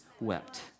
wept